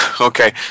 Okay